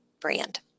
brand